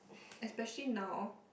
especially now